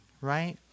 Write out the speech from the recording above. right